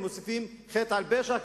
הם מוסיפים חטא על פשע,